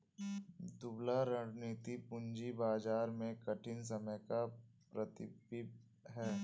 दुबला रणनीति पूंजी बाजार में कठिन समय का प्रतिबिंब है